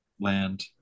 land